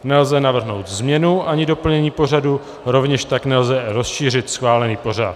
Nelze navrhnout změnu ani doplnění pořadu, rovněž tak nelze rozšířit schválený pořad.